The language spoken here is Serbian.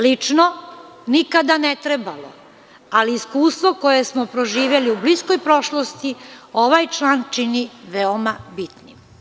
Lično, nikada ne trebalo ali iskustvo koje smo proživeli u bliskoj prošlosti ovaj član čini veoma bitnim.